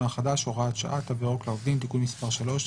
החדש (הוראת שעה) (תו ירוק לעובדים) (תיקון מס' 3),